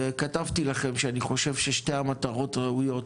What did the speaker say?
וכתבתי לכם שאני חושב ששתי המטרות ראויות